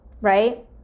right